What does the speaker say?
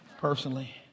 personally